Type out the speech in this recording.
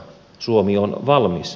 suomi on valmis